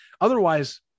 Otherwise